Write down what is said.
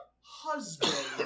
husband